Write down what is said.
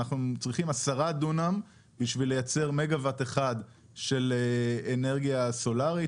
ואנחנו צריכים עשרה דונם בשביל לייצר מגה וואט אחד של אנרגיה סולארית.